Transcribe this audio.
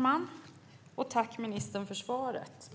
Herr talman! Tack, ministern, för svaret!